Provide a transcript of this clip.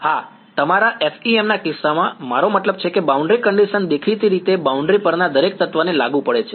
હા તમારા FEM ના કિસ્સામાં મારો મતલબ છે કે બાઉન્ડ્રી કંડીશન દેખીતી રીતે બાઉન્ડ્રી પરના દરેક તત્વને લાગુ પડે છે